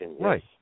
Right